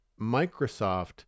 Microsoft